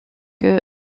que